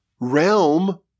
realm